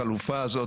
החלופה הזאת,